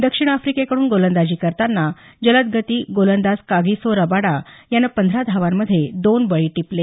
दक्षिण अफ्रिकेकडून गोलंदाजी करताना जलदगती गोलंदाज कागीसो रबाडा यानं पंधरा धावांमध्ये दोन बळी टिपले